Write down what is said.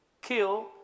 kill